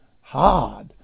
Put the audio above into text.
hard